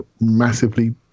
massively